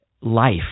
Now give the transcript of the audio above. life